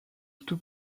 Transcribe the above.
tout